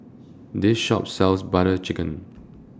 This Shop sells Butter Chicken